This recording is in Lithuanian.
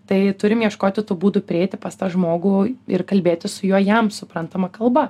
tai turim ieškoti tų būdų prieiti pas tą žmogų ir kalbėti su juo jam suprantama kalba